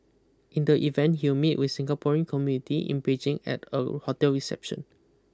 in the event he will meet with Singaporean community in Beijing at a hotel reception